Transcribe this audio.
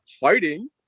fighting